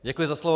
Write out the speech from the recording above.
Děkuji za slovo.